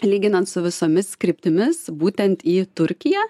lyginant su visomis kryptimis būtent į turkiją